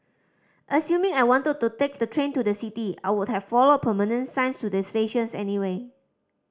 assuming I wanted to take the train to the city I would have followed permanent signs to the stations anyway